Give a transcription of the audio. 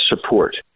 support